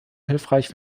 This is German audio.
hilfreich